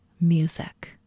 Music